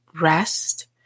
rest